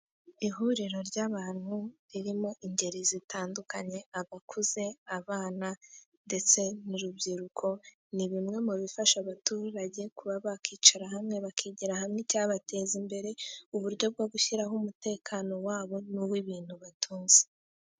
Ihuriro ry'abantu ririmo ingeri zitandukanye; abakuze, abana ndetse n'urubyiruko, ni bimwe mu bifasha abaturage kuba bakicara hamwe, bakigira hamwe icyabateza imbere, uburyo bwo gushyiraho umutekano wabo nu w'ibintu batunze.